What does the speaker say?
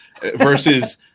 versus